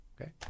Okay